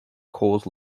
cause